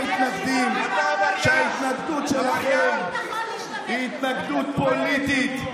אתם הוכחתם בכל מה שאתם מתנגדים שההתנגדות שלכם היא התנגדות פוליטית.